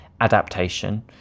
adaptation